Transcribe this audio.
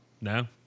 no